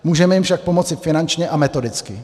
Můžeme jim však pomoci finančně a metodicky.